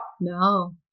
no